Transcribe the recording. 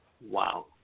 Wow